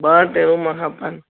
ॿ टे रूम खपनि